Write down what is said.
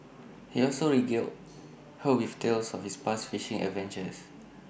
he also regaled her with tales of his past fishing adventures